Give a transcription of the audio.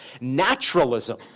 naturalism